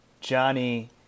Johnny